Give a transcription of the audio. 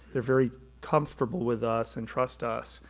they're very comfortable with us and trust us,